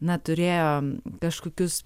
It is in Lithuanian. na turėjo kažkokius